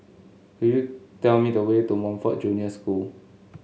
could you tell me the way to Montfort Junior School